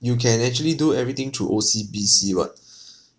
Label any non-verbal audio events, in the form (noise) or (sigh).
you can actually do everything through O_C_B_C what (breath)